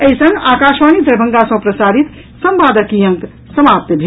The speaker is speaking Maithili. एहि संग आकाशवाणी दरभंगा सँ प्रसारित संवादक ई अंक समाप्त भेल